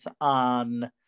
on